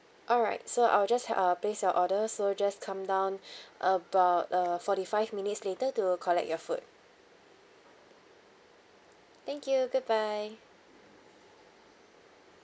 alright so I will just ha~ uh place your order so just come down about uh forty five minutes later to collect your food thank you goodbye